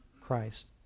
Christ